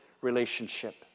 relationship